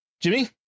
jimmy